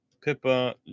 Pippa